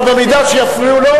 אבל במידה שיפריעו לו,